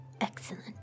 Excellent